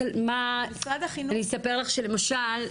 אני אספר לך שלמשל,